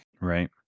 Right